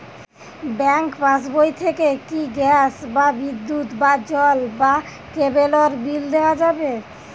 Bank পাশবই থেকে কি গ্যাস বা বিদ্যুৎ বা জল বা কেবেলর বিল দেওয়া যাবে?